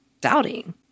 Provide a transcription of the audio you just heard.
doubting